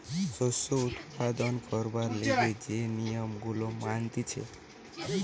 শস্য উৎপাদন করবার লিগে যে নিয়ম গুলা মানতিছে